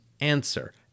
answer